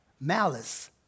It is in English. Malice